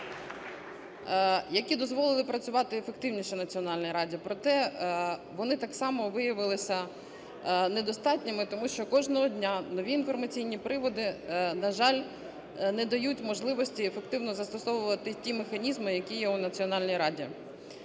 які дозволили працювати ефективніше Національній раді. Проте вони так само виявилися недостатніми, тому що кожного дня нові інформаційні приводи, на жаль, не дають можливості ефективно застосовувати ті механізми, які є в Національній раді.